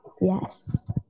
yes